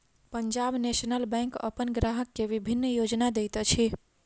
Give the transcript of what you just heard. Punjab national bank अपन ग्राहक के विभिन्न योजना दैत अछि